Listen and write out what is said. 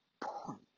point